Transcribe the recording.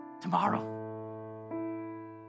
tomorrow